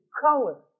color